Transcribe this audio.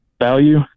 value